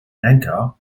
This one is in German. denker